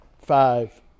five